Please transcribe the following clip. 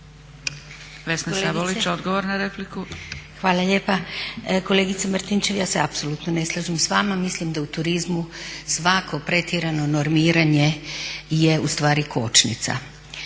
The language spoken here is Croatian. **Sabolić, Vesna (Reformisti)** Hvala lijepa. Kolegice Marinčev, ja se apsolutno ne slažem s vama. Mislim da u turizmu svatko pretjerano normiranje je ustvari kočnica.